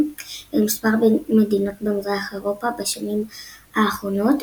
במספר מדינות במזרח אירופה בשנים האחרונות,